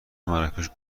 مراکش